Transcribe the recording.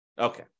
Okay